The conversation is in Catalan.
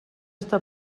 està